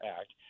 Act